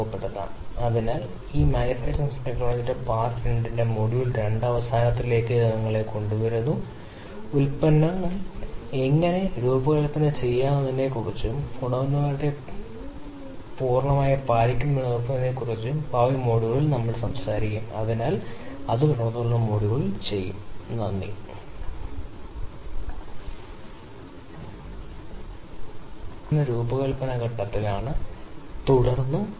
ഈ പ്രത്യേക മൂല്യം ഞാൻ ഇവിടെ നോക്കിയാൽ നിങ്ങൾക്കറിയാമെന്ന് എനിക്ക് പറയാൻ കഴിയും ഇത് മറ്റൊന്നുമല്ല അതിനാൽ എനിക്ക് ഇത് 2 പോലെ കാണാനാകും അതിനാൽ ഞാൻ കരുതുന്നുവെന്ന് നമ്മൾ കരുതുന്നുവെങ്കിൽ ഇവിടെ σ2 അല്ലെങ്കിൽ സ്റ്റാൻഡേർഡ് ഡീവിയേഷന്റെ ചതുരം മാത്രമായിരിക്കുമെന്ന് അറിയുക സ്ഥിതിവിവരക്കണക്ക്